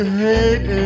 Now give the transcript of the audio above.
hate